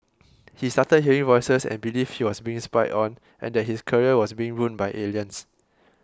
he started hearing voices and believed he was being spied on and that his career was being ruined by aliens